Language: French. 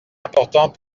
important